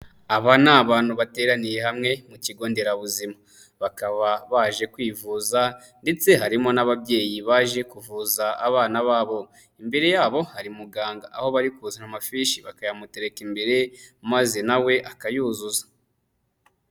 Aba ni abantu bateraniye hamwe mu kigo nderabuzima bakaba baje kwivuza ndetse harimo n'ababyeyi baje kuvuza abana babo, imbere yabo hari muganga aho bari kuzana amafishi bakayamutereka imbere maze na we akayuzuza.